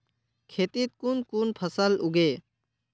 खेतीत कुन कुन फसल उगेई?